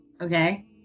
Okay